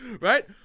right